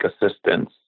assistance